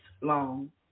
long